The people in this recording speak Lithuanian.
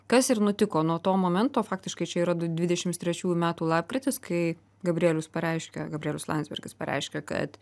kas ir nutiko nuo to momento faktiškai čia yra du dvidešims trečiųjų metų lapkritis kai gabrielius pareiškė gabrielius landsbergis pareiškė kad